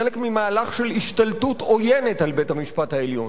חלק ממהלך של השתלטות עוינת על בית-המשפט העליון,